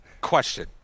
Question